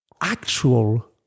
actual